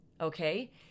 Okay